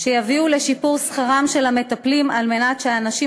שיביאו לשיפור שכרם של המטפלים על מנת שהאנשים